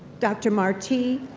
dr. marti,